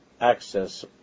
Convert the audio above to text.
access